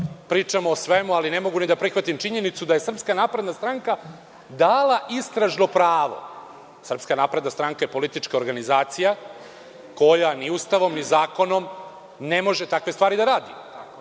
pričamo o svemu, ali ne mogu da prihvatim činjenicu da je SNS dala istražno pravo. Srpska napredna stranka je politička organizacija koja ni Ustavom ni zakonom ne može takve stvari da radi.